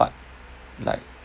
but like